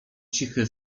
cichy